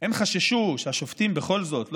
הם חששו שהשופטים בכל זאת,